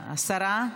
השרה,